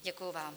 Děkuji vám.